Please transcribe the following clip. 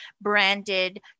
branded